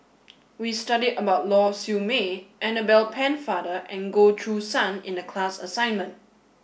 we studied about Lau Siew Mei Annabel Pennefather and Goh Choo San in the class assignment